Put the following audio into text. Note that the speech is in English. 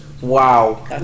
Wow